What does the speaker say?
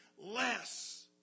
less